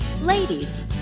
Ladies